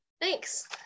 Thanks